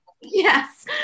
Yes